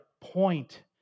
point